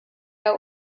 out